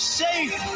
safe